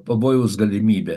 pavojaus galimybę